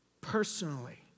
personally